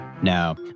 Now